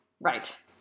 Right